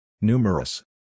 Numerous